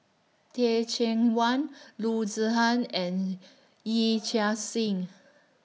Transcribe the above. Teh Cheang Wan Loo Zihan and Yee Chia Hsing